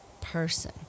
person